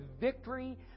victory